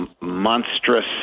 monstrous